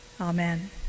Amen